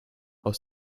aus